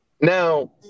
Now